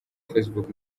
facebook